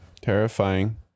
terrifying